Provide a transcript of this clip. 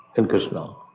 in krsna.